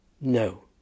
No